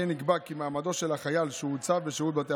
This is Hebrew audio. כמו כן נקבע כי מעמדו של החייל שהוצב בשירות בתי